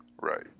right